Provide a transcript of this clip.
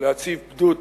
להציב פדות